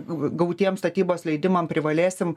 gautiems statybos leidimam privalėsim